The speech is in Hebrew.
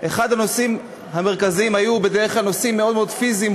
הנושאים המרכזיים היו בדרך כלל נושאים מאוד פיזיים,